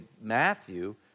Matthew